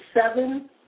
Seven